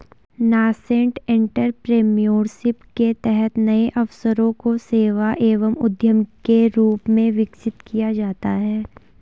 nascent entrepreneurship के तहत नए अवसरों को सेवा एवं उद्यम के रूप में विकसित किया जाता है